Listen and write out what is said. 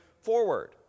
forward